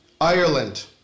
Ireland